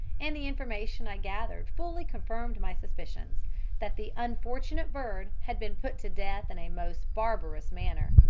and the information i gathered fully confirmed my suspicions that the unfortunate bird had been put to death in a most barbarous manner.